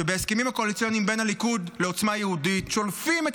שבהסכמים הקואליציוניים בין הליכוד לעוצמה יהודית שולפים את